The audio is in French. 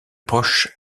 proche